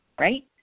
right